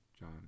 John